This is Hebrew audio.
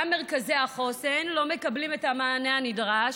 גם מרכזי החוסן לא מקבלים את המענה הנדרש,